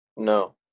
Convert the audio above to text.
No